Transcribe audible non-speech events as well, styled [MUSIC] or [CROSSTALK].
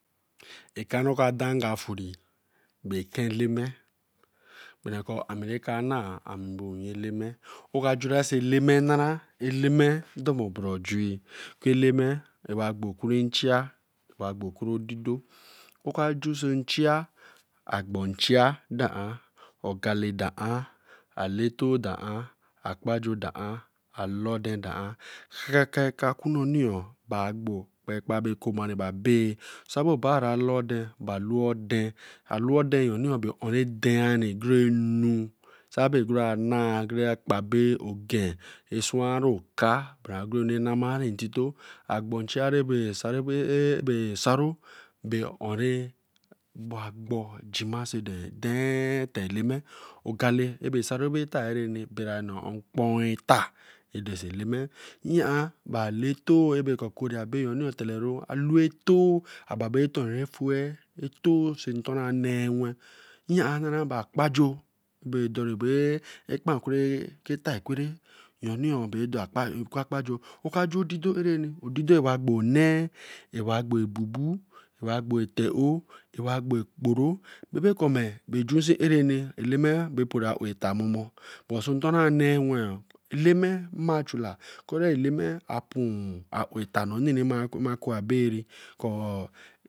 Ekan ra oka dan nkafu bae ekan elema berekor àmi ka na mbowi elema sin eleme nara. eleme domo boro jue. Eku eleme ba gbo kurin nchia bra gbo kuro dudo. oka ju so nchia. Agbonchia do an, ogale doan. aleto doan. akpajo doan. Alode doan. Ekai ka no ne oo ba gbo eka kunani bagbei. So ro bae Alode, ba alode alode bae oni dorara grenu so bo gre nai. gre akpabae, ogen ra swanri oka ba nu namari ntito. Agbonchia bae osaro [HESITATION] bae onre ba gbo jima den eta eleme. osaro ra be osaro bae eta erani be ra onkpoin eta e do so elema. aleto bae kora abe ye aluu eto bae tore fura eto nton ra nee nwen Akpajo bae dori bae tore eta ikwere. Ra ka ju Odido erari. wagbo onne, ewagbo ebubu. ewagbo eta ōō, ewagbo ekpero babae kome ju sa arani eleme wen oo eleme manchula. kori eleme pun eta oni ma ko aberi ko